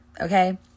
okay